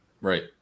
right